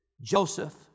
Joseph